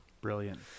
brilliant